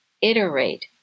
iterate